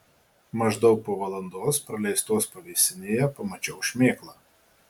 maždaug po valandos praleistos pavėsinėje pamačiau šmėklą